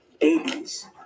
babies